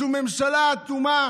זו ממשלה אטומה